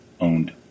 owned